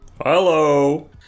Hello